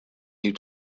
you